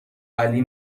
علی